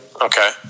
Okay